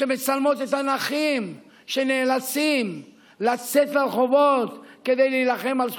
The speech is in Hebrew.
שמצלמות את הנכים שנאלצים לצאת לרחובות כדי להילחם על זכויותיהם,